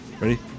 Ready